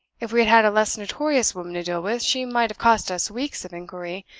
if we had had a less notorious woman to deal with, she might have cost us weeks of inquiry,